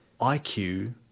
IQ